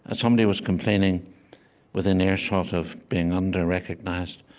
ah somebody was complaining within earshot of being under-recognized,